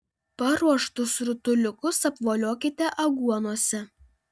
paruoštus rutuliukus apvoliokite aguonose